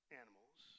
animals